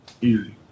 Easy